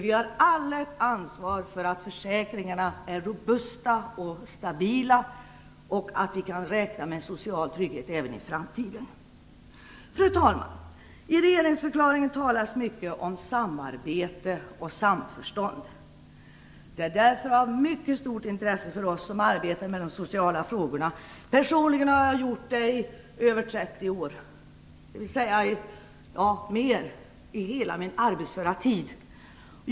Vi har alla ett ansvar för att försäkringarna är robusta och stabila och att vi även i framtiden kan räkna med en social trygghet. Fru talman! I regeringsförklaringen talas det mycket om samarbete och samförstånd. Det är därför av mycket stort intresse för oss som arbetar med de sociala frågorna - personligen har jag gjort det i över 30 år, dvs. hela min arbetsföra tid.